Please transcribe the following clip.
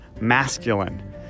masculine